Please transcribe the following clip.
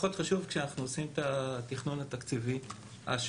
ופחות חשוב כשאנחנו עושים את התכנון התקציבי השוטף.